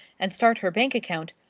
and start her bank account,